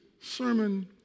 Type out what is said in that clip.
Sermon